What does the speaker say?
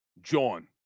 John